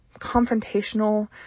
confrontational